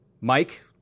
Mike